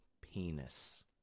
penis